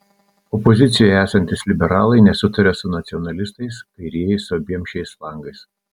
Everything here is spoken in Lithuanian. opozicijoje esantys liberalai nesutaria su nacionalistais kairieji su abiem šiais flangais